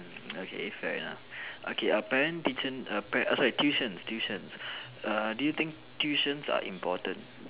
okay fair enough okay a parent teacher err parent err sorry tuitions tuitions err do you think tuitions are important